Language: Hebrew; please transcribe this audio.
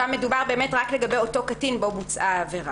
שם מדובר רק לגבי אותו קטין בו בוצעה העבירה.